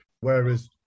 Whereas